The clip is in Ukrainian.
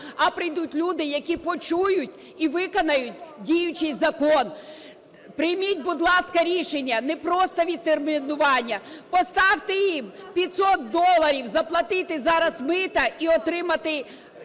а прийдуть люди, які почують і виконають діючий закон. Прийміть, будь ласка, рішення не просто відтермінування, поставте їм 500 доларів заплатити зараз мита і отримати,